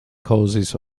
causes